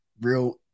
real